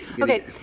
Okay